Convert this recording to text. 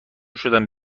شدم